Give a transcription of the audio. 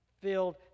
filled